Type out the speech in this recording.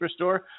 Superstore